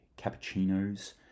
cappuccinos